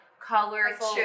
colorful